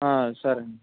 సరే అండి